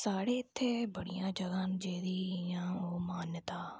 साढ़े इत्थे बड़ियां जगह न जेह्दै इयां ओह् मान्यता